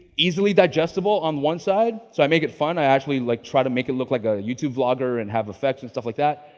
easily digestible on one side. so i make it fun. i actually like, try to make it look like a youtube vlogger and have effects and stuff like that,